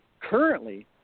currently